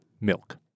milk